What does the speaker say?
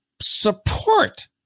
support